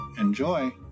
Enjoy